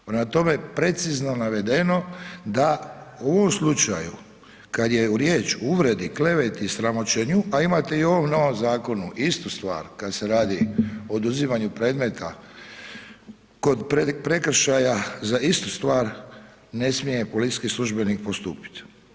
Prema tome, precizno navedeno da u ovom slučaju kad je u riječ o uvredi, kleveti i sramoćenju, a imate i u ovom novom zakonu istu stvar kad se radi o oduzimanju predmeta kod prekršaja za istu stvar ne smije policijski službenik postupit.